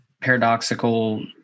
paradoxical